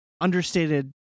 understated